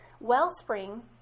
Wellspring